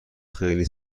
خیلی